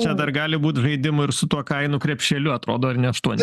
čia dar gali būt žaidimų ir su tuo kainų krepšeliu atrodo ar ne aštuoni